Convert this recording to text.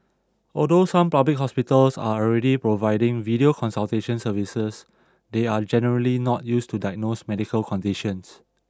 although some public hospitals are already providing video consultation services they are generally not used to diagnose medical conditions